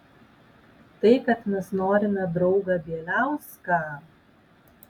tai kad mes norime draugą bieliauską